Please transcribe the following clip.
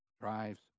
Drives